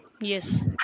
Yes